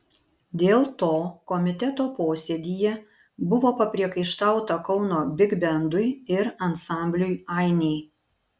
dėl to komiteto posėdyje buvo papriekaištauta kauno bigbendui ir ansambliui ainiai